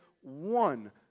one